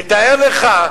תתאר לך,